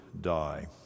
die